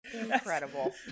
Incredible